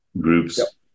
groups